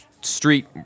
street